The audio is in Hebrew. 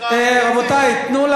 תארח אותם.